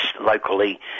locally